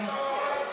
אדוני.